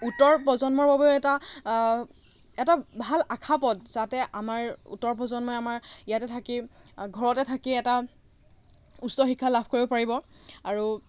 উত্তৰ প্ৰজন্মৰ বাবে এটা এটা ভাল আশাপথ যাতে আমাৰ উত্তৰ প্ৰজন্মই আমাৰ ইয়াতে থাকি ঘৰতে থাকি এটা উচ্চ শিক্ষা লাভ কৰিব পাৰিব আৰু